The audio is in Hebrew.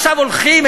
עכשיו הולכים,